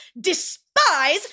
despise